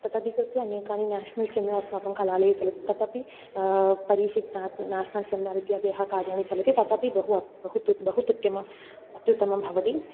तद् अधिकृत्य अनेकानि नेशनल् सेमिनार् अस्माकं कलालये चलति तत् अपि परीक्षणार्थे नेश्नल् सेमिनार् इत्यादि यः कार्याणि चलति तत् अपि बहु बहु तु बहु अत्युत्तमम् अत्युत्तमं भवति